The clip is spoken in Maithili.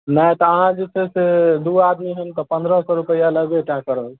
नहि तऽ अहाँ जे छै से दू आदमी छी हम तऽ पन्द्रह सए रुपैआ लगबे टा करत